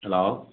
hello